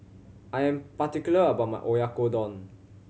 I am particular about my Oyakodon